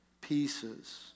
pieces